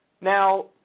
Now